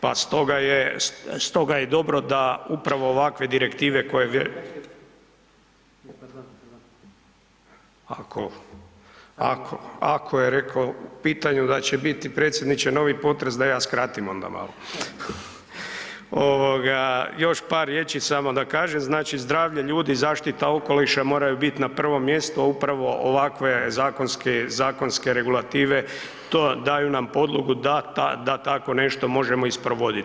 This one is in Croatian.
Pa stoga je dobro da upravo ovakve direktive koje, ako je rekao u pitanju da će biti predsjedniče novi potres da ja skratim onda malo, ovoga još par riječi samo da kažem znači zdravlje ljudi i zaštiti okoliša moraju biti na prvom mjestu, a upravo ovakve zakonske regulative to daju nam podlogu da tako nešto možemo i sprovoditi.